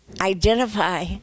identify